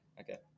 Okay